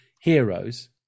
heroes